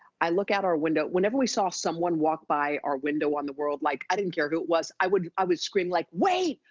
i look out our window, whenever we saw someone walk by our window on the world, like i didn't care who it was, i would i would scream like, wait,